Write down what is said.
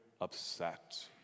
upset